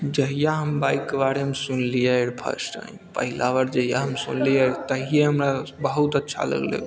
जहिया हम बाइकके बारेमे सुनलियै फस्ट टाइम पहिला बेर जहिया हम सुनलियै तहिये हमरा बहुत अच्छा लगलै